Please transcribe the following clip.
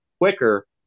quicker